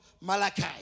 Malachi